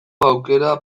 aukera